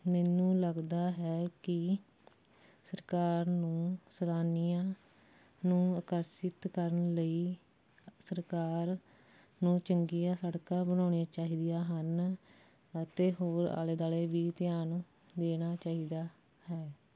ਮੈਨੂੰ ਲੱਗਦਾ ਹੈ ਕਿ ਸਰਕਾਰ ਨੂੰ ਸੈਲਾਨੀਆਂ ਨੂੰ ਆਕਰਸ਼ਿਤ ਕਰਨ ਲਈ ਸਰਕਾਰ ਨੂੰ ਚੰਗੀਆਂ ਸੜਕਾਂ ਬਣਾਉਣੀਆਂ ਚਾਹੀਦੀਆਂ ਹਨ ਅਤੇ ਹੋਰ ਆਲੇ ਦੁਆਲੇ ਵੀ ਧਿਆਨ ਦੇਣਾ ਚਾਹੀਦਾ ਹੈ